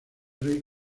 rey